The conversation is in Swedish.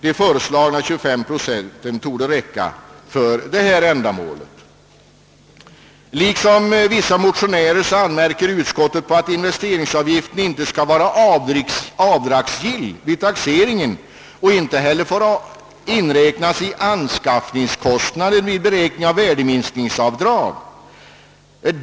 De föreslagna 25 procenten torde räcka till för ändamålet. Liksom vissa motionärer anmärker utskottet på att investeringsavgiften inte skall vara avdragsgill vid taxeringen och inte heller får inräknas i anskaffningskostnaden vid beräkningen av värdeminskningsavdrag.